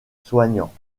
soignants